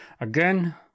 Again